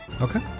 Okay